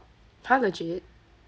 !huh! legit